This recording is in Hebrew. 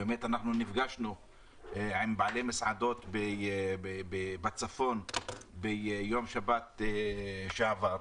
ובאמת נפגשנו עם בעלי מסעדות בצפון ביום שבת שעבר,